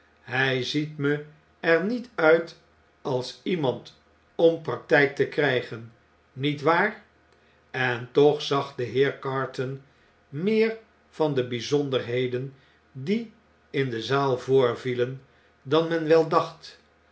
hjj ziet me er niet uit als iemand om praktjjk te krijgen niet waar en toch zag de heer carton meer van de bjjzonderheden die in de zaal voorvielen dan men wel dacht